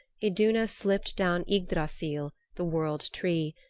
iduna slipped down ygdrassil, the world tree,